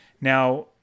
Now